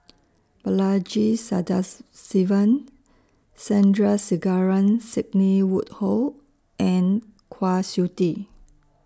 Balaji Sadasivan Sandrasegaran Sidney Woodhull and Kwa Siew Tee